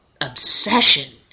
obsession